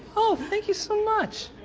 oh, thank you so much.